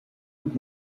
would